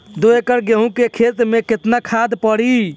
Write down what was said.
दो एकड़ गेहूँ के खेत मे केतना खाद पड़ी?